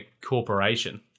corporation